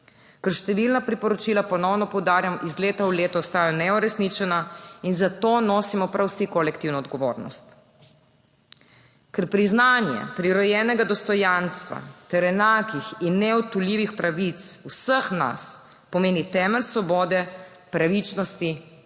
številna priporočila, ponovno poudarjam, iz leta v leto ostajajo neuresničena in za to nosimo prav vsi kolektivno odgovornost. Ker priznanje prirojenega dostojanstva ter enakih in neodtujljivih pravic vseh nas pomeni temelj svobode, pravičnosti